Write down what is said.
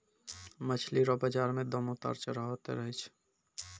मछली रो बाजार मे दाम उतार चढ़ाव होते रहै छै